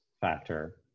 factor